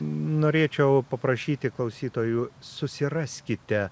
norėčiau paprašyti klausytojų susiraskite